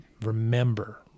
remember